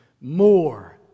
more